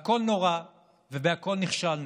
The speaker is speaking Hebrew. והכול נורא ובכול נכשלנו,